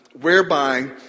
whereby